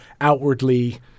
outwardly